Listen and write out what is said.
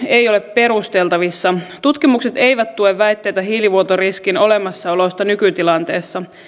ei ole perusteltavissa tutkimukset eivät tue väitteitä hiilivuotoriskin olemassaolosta nykytilanteessa